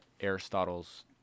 Aristotle's